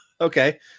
Okay